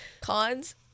cons